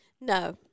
No